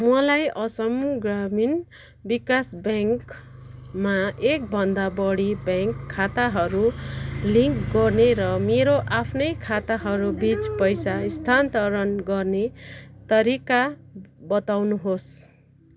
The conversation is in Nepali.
मलाई असम ग्रामीण विकास ब्याङ्कमा एकभन्दा बढी ब्याङ्क खाताहरू लिङ्क गर्ने र मेरो आफ्नै खाताहरू बिच पैसा स्थानन्तरण गर्ने तरिका बताउनुहोस्